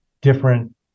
different